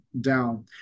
down